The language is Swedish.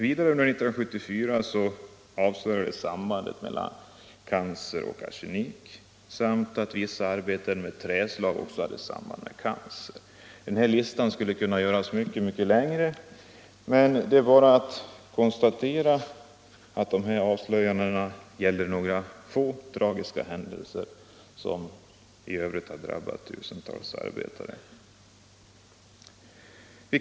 1974 avslöjades vidare sam Denna lista skulle kunna göras mycket längre. Men det är bara att konstatera att dessa avslöjanden gäller endast några få av många tragiska händelser som drabbat tusentals arbetare.